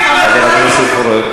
מותר לבקר את השלטון.